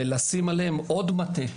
ולשים עליהם עוד מטה,